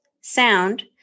sound